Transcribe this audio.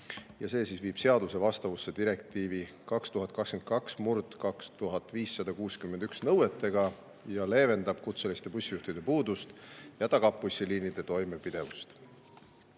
See viib seaduse vastavusse direktiivi 2022/2561 nõuetega, leevendab kutseliste bussijuhtide puudust ja tagab bussiliinide toimepidevuse.